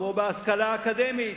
כמו בהשכלה האקדמית,